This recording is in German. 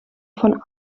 von